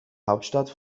hauptstadt